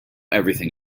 everything